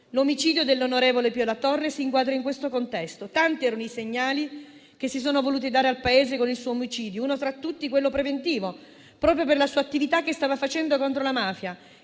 L'omicidio dell'onorevole Pio La Torre si inquadra in questo contesto. Tanti erano i segnali che si sono voluti dare al Paese con il suo omicidio, uno tra tutti quello preventivo, proprio per la sua attività contro la mafia: